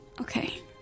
Okay